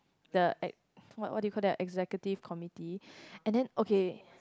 the ex~ what what do you call that executive committee and then okay